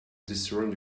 discern